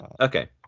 Okay